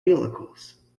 vehicles